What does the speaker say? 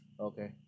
Okay